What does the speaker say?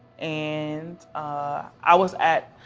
and i was at